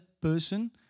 person